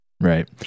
Right